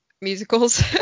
musicals